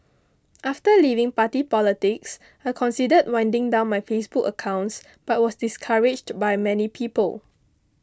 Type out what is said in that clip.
after leaving party politics I considered winding down my Facebook accounts but was discouraged by many people